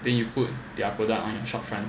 then you put their product on the shopfront